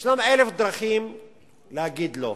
יש אלף דרכים להגיד "לא".